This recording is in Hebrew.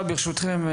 ברשותכם,